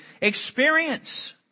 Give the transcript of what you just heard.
experience